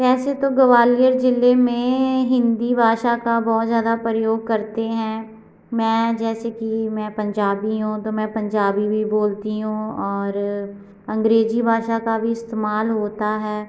वैसे तो ग्वालियर जिले में हिंदी भाषा का बहुत ज्यादा प्रयोग करते हैं मैं जैसे कि मैं पंजाबी हूँ तो मैं पंजाबी भी बोलती हूँ और अंग्रेजी भाषा का भी इस्तेमाल होता है